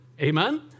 Amen